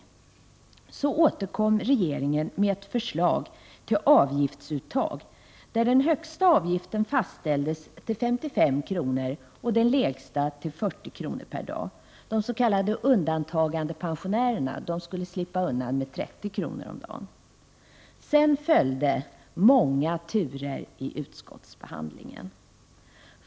Därefter återkom regeringen med ett förslag till avgiftsuttag, där den högsta avgiften fastställdes till 55 kr. och den lägsta till 40 kr. per dag. De s.k. undantagandepensionärerna skulle slippa undan med 30 kr. per dag. Sedan följde många turer i utskottsbehandlingen.